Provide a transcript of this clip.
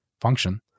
function